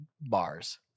bars